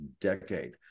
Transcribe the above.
decade